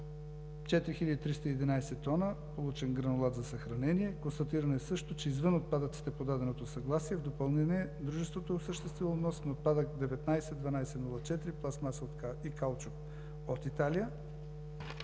4311 тона получен гранулат за съхранение. Констатирано е също, че извън отпадъците по даденото съгласие в допълнение дружеството е осъществило внос на отпадък 191204 – пластмаса и каучук от Италия.